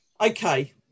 Okay